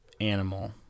animal